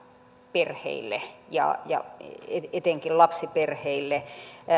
perheille ja ja etenkin lapsiperheille